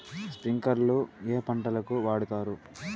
స్ప్రింక్లర్లు ఏ పంటలకు వాడుతారు?